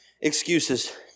excuses